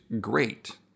Great